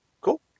Cool